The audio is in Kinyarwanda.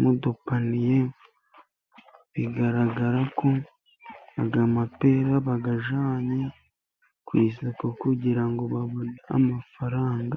mu dupaniye bigaragara ko aya mapera bayajyanye ku isoko, kugira ngo babone amafaranga.